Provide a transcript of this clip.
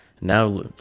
Now